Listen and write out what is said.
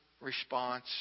response